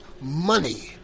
Money